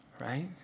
right